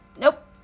Nope